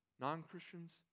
non-Christians